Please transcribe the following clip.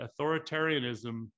authoritarianism